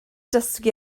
dysgu